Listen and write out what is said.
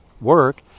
work